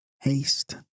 Haste